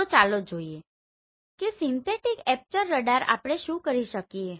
તો ચાલો જોઈએ કે સિન્થેટીક એપર્ચર રડારમાં આપણે શું કરી શકીએ